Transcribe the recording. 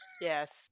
yes